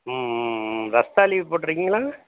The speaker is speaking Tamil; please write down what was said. ம் ம் ம் ரஸ்தாளி போட்டிருக்கீங்களா